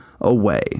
away